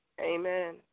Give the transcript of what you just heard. Amen